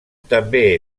també